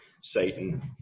Satan